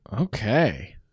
Okay